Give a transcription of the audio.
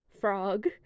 frog